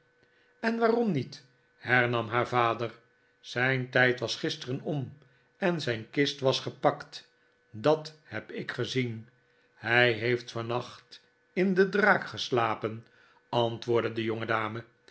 en waarom niet hernam haar vader zijn tijd was gisteren om en zijn kist was gepakt dat heb ik gezien hij heeft vannacht in de draak geslapen antwoordde de